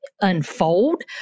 unfold